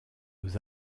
aux